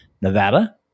Nevada